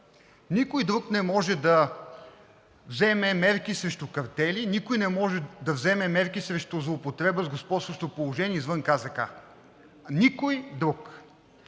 Никой друг не може да вземе мерки срещу картели, никой не може да вземе мерки срещу злоупотреба с господстващо положение извън Комисията за